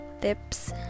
tips